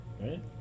right